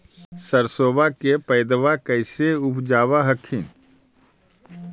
सरसोबा के पायदबा कैसे उपजाब हखिन?